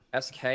SK